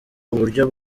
uburyo